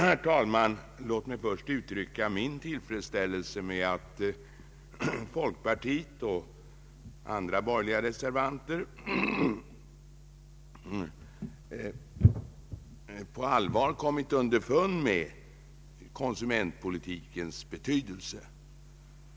Herr talman! Låt mig först uttrycka min tillfredsställelse över att folkpartiet och andra borgerliga reservanter på allvar kommit underfund med konsumentpolitikens betydelse.